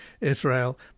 Israel